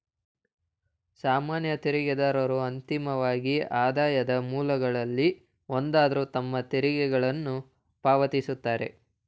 ಸಾಮಾನ್ಯ ತೆರಿಗೆದಾರರು ಅಂತಿಮವಾಗಿ ಆದಾಯದ ಮೂಲಗಳಲ್ಲಿ ಒಂದಾದ್ರು ತಮ್ಮ ತೆರಿಗೆಗಳನ್ನ ಪಾವತಿಸುತ್ತಾರೆ